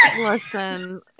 Listen